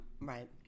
Right